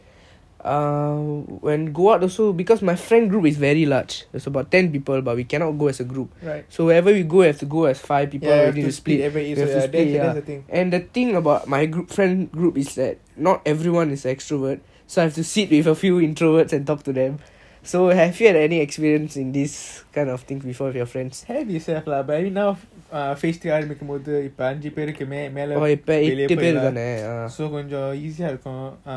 right ya you have to split every time right ya that's the thing have is have lah but I mean now phase three ஆரம்பிக்கும் போது இப்போ அஞ்சி பேருக்கு மேல வெளிய போலாம்:aarambikum bothu ipo anji peruku mela veliya polam so கொஞ்சம்:konjam easy eh இருக்கும் வெளிய போகும் போதுலாம்:irukum veliya pogum bothulam